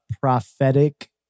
prophetic